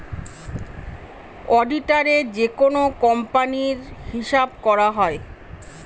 অডিটারে যেকোনো কোম্পানির হিসাব করা হয়